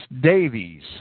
Davies